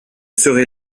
serai